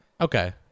Okay